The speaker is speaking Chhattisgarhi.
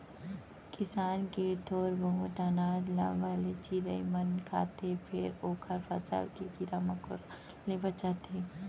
किसान के थोर बहुत अनाज ल भले चिरई मन खाथे फेर ओखर फसल के कीरा मकोरा ले बचाथे